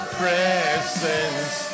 presence